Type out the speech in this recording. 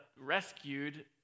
rescued